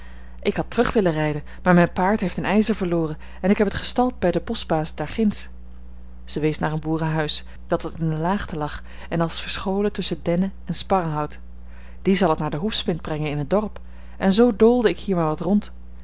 ik had terug willen rijden maar mijn paard heeft een ijzer verloren en ik heb het gestald bij den boschbaas daar ginds zij wees naar een boerenhuis dat wat in de laagte lag en als verscholen tusschen dennen en sparrenhout die zal het naar den hoefsmid brengen in het dorp en zoo doolde ik hier maar wat rond